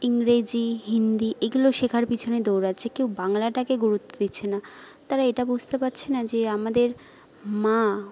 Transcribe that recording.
ইংরেজি হিন্দি এগুলো শেখার পিছনে দৌড়াচ্ছে কেউ বাংলাটাকে গুরুত্ব দিচ্ছে না তারা এটা বুঝতে পাচ্ছে না যে আমাদের মা